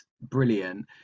brilliant